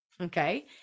okay